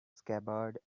scabbard